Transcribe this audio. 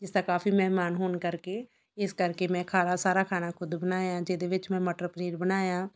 ਜਿਸ ਦਾ ਕਾਫ਼ੀ ਮਹਿਮਾਨ ਹੋਣ ਕਰਕੇ ਇਸ ਕਰਕੇ ਮੈਂ ਖਾਰਾ ਸਾਰਾ ਖਾਣਾ ਖੁਦ ਬਣਾਇਆ ਜਿਹਦੇ ਵਿੱਚ ਮੈਂ ਮਟਰ ਪਨੀਰ ਬਣਾਇਆ